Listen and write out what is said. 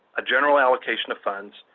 a general allocation of funds,